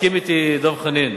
יסכים אתי דב חנין.